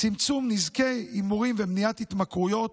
צמצום נזקי הימורים ומניעת התמכרויות,